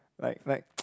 like like ppo